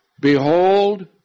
Behold